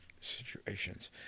situations